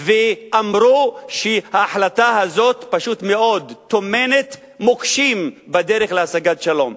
ואמרו שההחלטה הזאת פשוט מאוד טומנת מוקשים בדרך להשגת שלום.